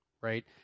right